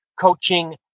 coaching